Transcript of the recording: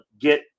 get